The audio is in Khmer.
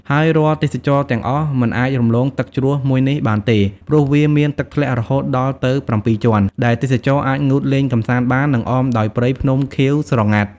ហើយរាល់ទេសចរទាំងអស់ មិនអាចរំលងទឹកជ្រោះមួយនេះបានទេ ព្រោះវាមានទឹកធ្លាក់រហូតដល់ទៅ៧ជាន់ ដែលទេសចរអាចងូតលេងកម្សាន្តបាន និងអមដោយព្រៃ ភ្នំ ខៀវស្រងាត់។